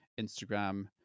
instagram